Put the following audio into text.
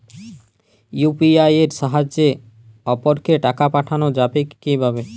UPI এর সাহায্যে অপরকে টাকা পাঠানো যাবে কিভাবে?